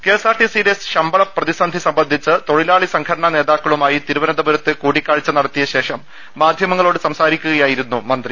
KA സ്ആർടിസിയിലെ ശമ്പള പ്രതിസന്ധി സംബന്ധിച്ച് തൊഴിലാളി സംഘടനാ നേതാക്കളുമായി തിരുവനന്തപുരത്ത് കൂടിക്കാഴ്ച നട ത്തിയശേഷം മാധ്യമങ്ങളോട് സംസാരിക്കുകയായിരുന്നു മന്ത്രി